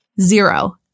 Zero